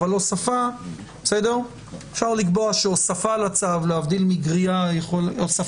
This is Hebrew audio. אבל אפשר לקבוע שהוספה על התוספת,